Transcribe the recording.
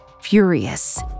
Furious